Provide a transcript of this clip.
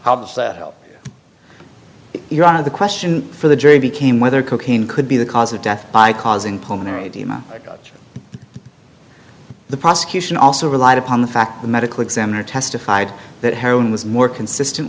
that you're out of the question for the jury became whether cocaine could be the cause of death by causing pulmonary edema which the prosecution also relied upon the fact the medical examiner testified that heroin was more consistent